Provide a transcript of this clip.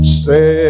say